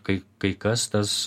kai kai kas tas